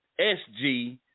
SG